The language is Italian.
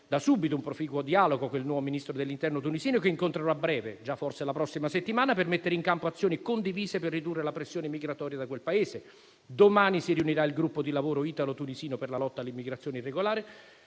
da subito un proficuo dialogo che il nuovo Ministro dell'interno tunisino che incontrerò a breve (già forse la prossima settimana) per mettere in campo azioni condivise per ridurre la pressione migratoria da quel Paese. Domani si riunirà il gruppo di lavoro italo-tunisino per la lotta all'immigrazione irregolare.